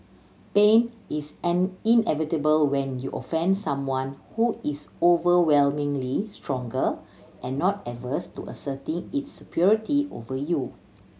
pain is an inevitable when you offend someone who is overwhelmingly stronger and not averse to asserting its superiority over you